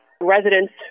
residents